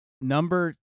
Number